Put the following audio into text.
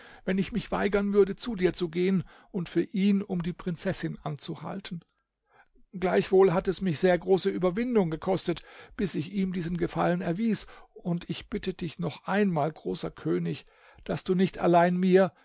wenn ich mich weigern würde zu dir zu gehen und für ihn um die prinzessin anzuhalten gleichwohl hat es mich sehr große überwindung gekostet bis ich ihm diesen gefallen erwies und ich bitte dich noch einmal großer könig daß du nicht allein mir